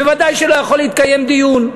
ודאי שלא יכול להתקיים דיון.